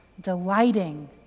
delighting